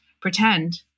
pretend